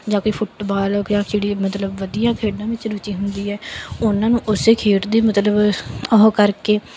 ਜਾਂ ਕੋਈ ਫੁੱਟਬਾਲ ਹੋ ਗਿਆ ਜਿਹੜੀ ਮਤਲਬ ਵਧੀਆ ਖੇਡਾਂ ਵਿੱਚ ਰੁਚੀ ਹੁੰਦੀ ਹੈ ਉਹਨਾਂ ਨੂੰ ਉਸੇ ਖੇਡ ਦੀ ਮਤਲਬ ਉਹ ਕਰਕੇ